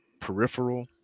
peripheral